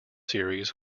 series